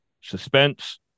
suspense